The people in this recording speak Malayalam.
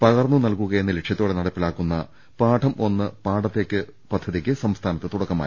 പകർന്നു നൽകുക എന്ന ലക്ഷ്യത്തോടെ നടപ്പിലാക്കുന്ന പാഠം ഒന്ന് പാടത്തേക്ക് പദ്ധതിക്ക് സംസ്ഥാനത്ത് തുടക്കമായി